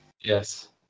Yes